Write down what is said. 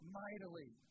mightily